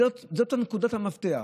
זו נקודות המפתח.